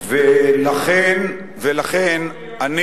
ולכן אני